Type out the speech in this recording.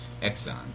Exxon